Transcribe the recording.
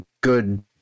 Good